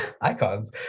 icons